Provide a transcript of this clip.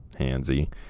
handsy